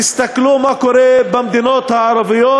תסתכלו מה קורה במדינות הערביות.